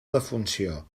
defunció